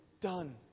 done